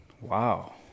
Wow